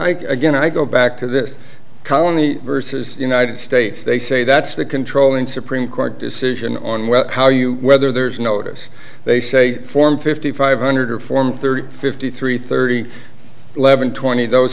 i again i go back to this colony versus united states they say that's the controlling supreme court decision on whether how you whether there's notice they say form fifty five hundred or form thirty fifty three thirty eleven twenty those